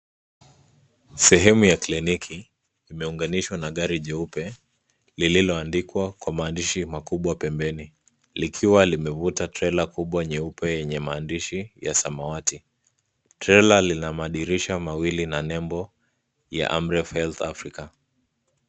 Sehemu ya kliniki imeunganishwa na gari jeupe lililoandikwa kwa maandishi makubwa pembeni likiwa limevuta trela kubwa nyeupe yenye maandishi ya samawati. Trela lina madirisha mawili na nembo ya Amref Health Africa.